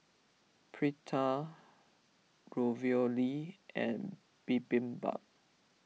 Pita Ravioli and Bibimbap